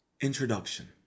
Introduction